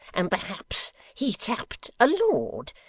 and perhaps he tapped a lord.